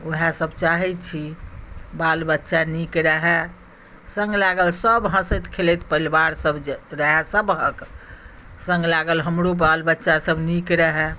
उएह सभ चाहैत छी बाल बच्चा नीक रहए सङ्ग लागल सभ हँसैत खेलैत परिवारसभ रहए सभक सङ्ग लागल हमरो बाल बच्चासभ नीक रहए